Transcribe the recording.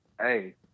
Hey